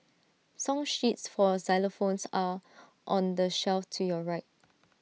song sheets for xylophones are on the shelf to your right